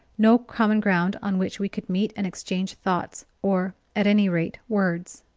no common ground on which we could meet and exchange thoughts, or, at any rate, words.